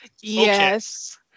Yes